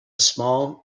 small